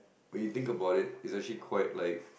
when you think about it it's actually quite like